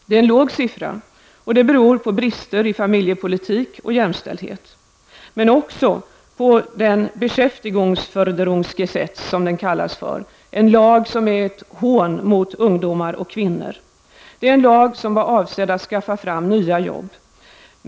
Det är en låg siffra och det beror på brister i familjepolitik och jämställdhet men också på den ''Beschäftigungsförderungsgesetz'', som den kallas för, en lag som är ett hån mot ungdomar och kvinnor. Det är en lag som är avsedd att skaffa fram nya arbeten.